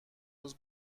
روز